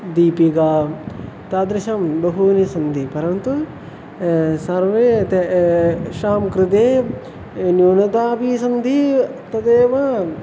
दीपिका तादृशं बहूनि सन्ति परन्तु सर्वे तेषां कृते न्यूनता अपि सन्ति तदेव